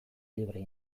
librea